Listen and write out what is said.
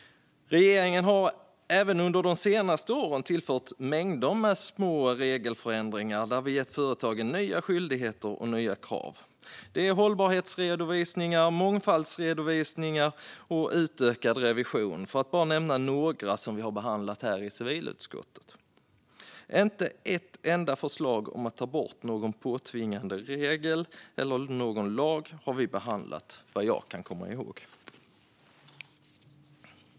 Även under de senaste åren har regeringen tillfört mängder av små regelförändringar som innebär nya skyldigheter och krav för företagen. Det är hållbarhetsredovisningar, mångfaldsredovisningar och utökad revision, för att bara nämna några som civilutskottet har behandlat. Men vad jag kan komma ihåg har vi inte behandlat ett enda förslag om att ta bort någon påtvingande regel eller lag.